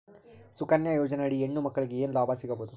ಸುಕನ್ಯಾ ಯೋಜನೆ ಅಡಿ ಹೆಣ್ಣು ಮಕ್ಕಳಿಗೆ ಏನ ಲಾಭ ಸಿಗಬಹುದು?